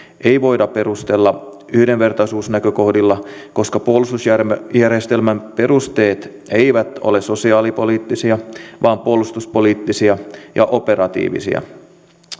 ei voida perustella yhdenvertaisuusnäkökohdilla koska puolustusjärjestelmän perusteet eivät ole sosiaalipoliittisia vaan puolustuspoliittisia ja operatiivisia